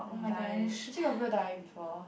mm die actually got people die before